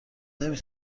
نمی